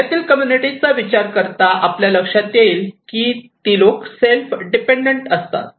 खेड्यातील कम्युनिटी चा विचार करता आपल्या लक्षात येईल की ती लोक सेल्फ डिपेंडंट असतात